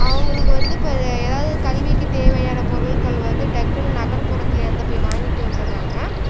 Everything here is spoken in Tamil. அவங்களுக்கு வந்து இப்போ எதாவது கல்விக்குத் தேவையான பொருட்கள் வந்து டக்குன்னு நகர்புறத்துலேயா இருந்தால் போய் வாங்கிட்டு வந்துடுறாங்க